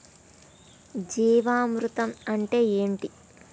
జీవామృతం అంటే ఏంటి?